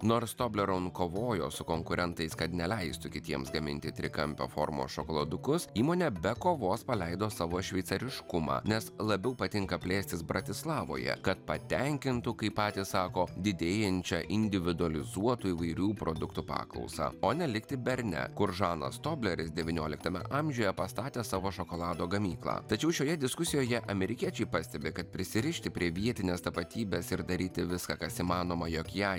nors tobleron kovojo su konkurentais kad neleistų kitiems gaminti trikampio formos šokoladukus įmonė be kovos paleido savo šveicariškumą nes labiau patinka plėstis bratislavoje kad patenkintų kaip patys sako didėjančią individualizuotų įvairių produktų paklausą o ne likti berne kur žanas tobleris devynioliktame amžiuje pastatė savo šokolado gamyklą tačiau šioje diskusijoje amerikiečiai pastebi kad prisirišti prie vietinės tapatybės ir daryti viską kas įmanoma jog ją